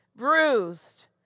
bruised